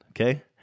Okay